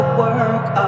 work